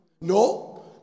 No